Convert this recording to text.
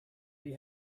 they